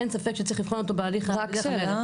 אין ספק שצריך לבחון אותו בהליך, בדרך המלך.